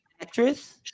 actress